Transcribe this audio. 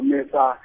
Mesa